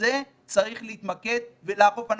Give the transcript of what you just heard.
בזה צריך להתמקד ואת זה לאכוף.